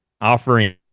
Offering